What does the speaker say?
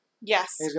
Yes